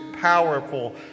powerful